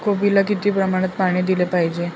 कोबीला किती प्रमाणात पाणी दिले पाहिजे?